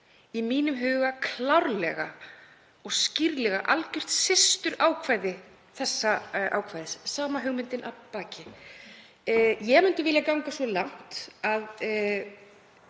í mínum huga klárlega og skýrlega algjört systurákvæði þessa ákvæðis, sama hugmynd býr að baki. Ég myndi vilja ganga svo langt að